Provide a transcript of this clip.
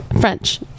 French